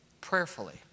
prayerfully